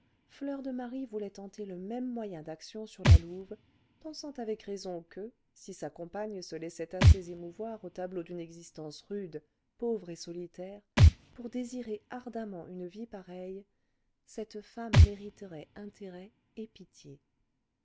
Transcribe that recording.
fleur de marie voulait tenter le même moyen d'action sur la louve pensant avec raison que si sa compagne se laissait assez émouvoir au tableau d'une existence rude pauvre et solitaire pour désirer ardemment une vie pareille cette femme mériterait intérêt et pitié